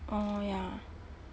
oh ya